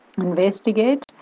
investigate